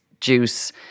juice